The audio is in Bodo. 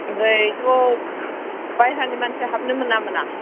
ओमफ्रायथ' बायह्रानि हाबनो मोनना मोना